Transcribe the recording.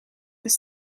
this